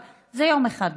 אבל זה יום אחד בשנה.